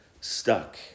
stuck